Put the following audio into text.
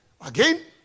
again